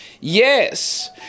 Yes